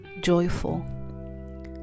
joyful